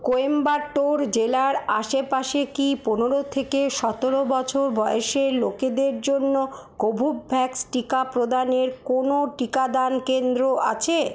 কোয়েম্বাটোর জেলার আশেপাশে কি পনেরো সতেরো বছর বয়সের লোকেদের জন্য কোভোভ্যাক্স টিকা প্রদানের কোনও টিকাদান কেন্দ্র আছে